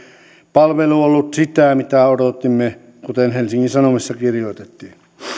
palvelu ollut sitä mitä odotimme kuten helsingin sanomissa kirjoitettiin